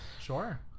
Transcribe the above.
sure